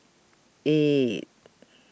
eight